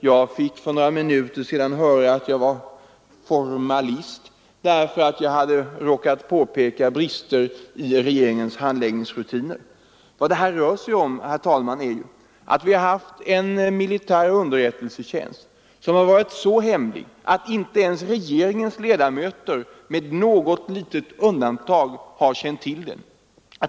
Jag fick för några minuter sedan höra att jag var formalist därför att jag hade råkat påpeka brister i regeringens handläggningsrutiner. Vad det här rör sig om, herr talman, är att vi haft en militär underrättelsetjänst, som varit så hemlig att inte ens regeringens ledamöter, med något begränsat undantag, har känt till dem.